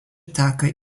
teka